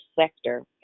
sector